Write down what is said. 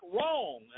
wrong